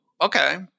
okay